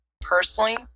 Personally